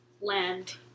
land